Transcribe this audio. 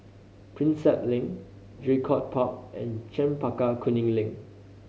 Prinsep Link Draycott Park and Chempaka Kuning Link